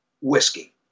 whiskey